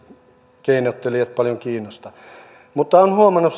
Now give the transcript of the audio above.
pörssikeinottelijat paljon kiinnosta mutta olen huomannut